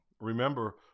Remember